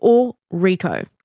or rico.